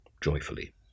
joyfully